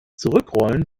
zurückrollen